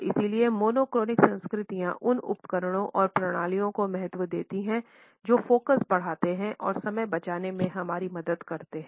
और इसलिए मोनोक्रॉनिक संस्कृतियां उन उपकरणों और प्रणालियों को महत्व देती हैं जो फोकस बढ़ाते हैं और समय बचाने में हमारी मदद करें